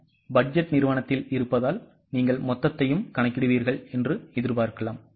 நாம் பட்ஜெட் நிறுவனத்தில் இருப்பதால் நீங்கள் மொத்தத்தையும் கணக்கிடுவீர்கள் என்று எதிர்பார்க்கலாம்